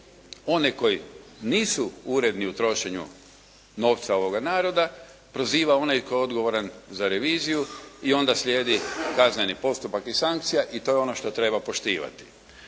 One koji nisu uredni u trošenju novca ovoga naroda proziva onaj tko je odgovoran za reviziju i onda slijedi kazneni postupak i sankcija i to je ono što treba poštivati.